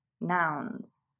nouns